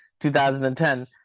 2010